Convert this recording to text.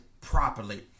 properly